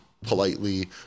politely